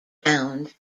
bound